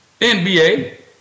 NBA